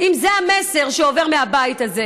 אם זה המסר שעובר מהבית הזה?